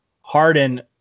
Harden